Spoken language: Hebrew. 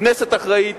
כנסת אחראית